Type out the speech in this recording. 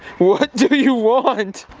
what do you want!